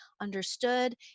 understood